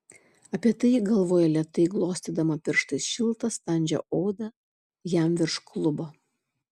apie tai ji galvojo lėtai glostydama pirštais šiltą standžią odą jam virš klubo